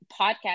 podcast